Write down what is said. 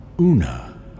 Una